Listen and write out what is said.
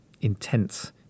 intense